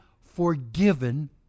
forgiven